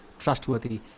trustworthy